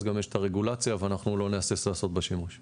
אז גם יש את הרגולציה ואנחנו לא נהסס לעשות בה שימוש .